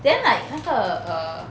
then like 那个 err